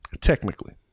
Technically